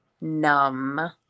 numb